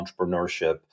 entrepreneurship